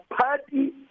party